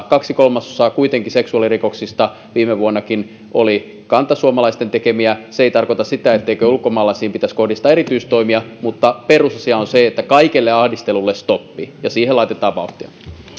kaksi kolmasosaa seksuaalirikoksista viime vuonnakin oli kantasuomalaisten tekemiä se ei tarkoita sitä etteikö ulkomaalaisiin pitäisi kohdistaa erityistoimia mutta perusasia on se että kaikelle ahdistelulle stoppi ja siihen laitetaan vauhtia